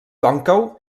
còncau